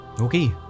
Okay